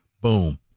boom